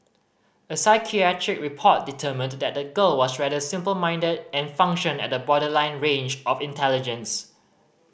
a psychiatric report determined that the girl was rather simple minded and functioned at the borderline range of intelligence